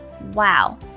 wow